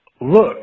look